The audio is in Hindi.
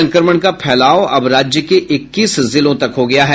संक्रमण का फैलाव अब राज्य के इक्कीस जिलों तक हो गया है